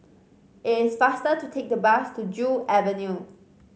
it's faster to take the bus to Joo Avenue